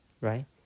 Right